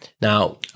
Now-